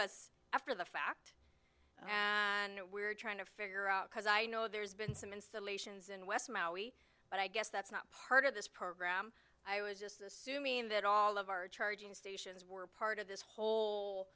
us after the fact and we're trying to figure out because i know there's been some installations in west maui but i guess that's not part of this program i was just assuming that all of our charging stations were part of this whole